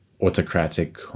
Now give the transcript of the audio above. autocratic